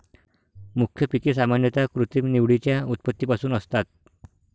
मुख्य पिके सामान्यतः कृत्रिम निवडीच्या उत्पत्तीपासून असतात